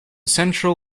central